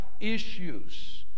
issues